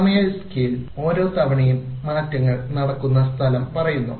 സമയ സ്കെയിൽ ഓരോ തവണയും മാറ്റങ്ങൾ നടക്കുന്ന സ്ഥലം പറയുന്നു